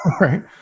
Right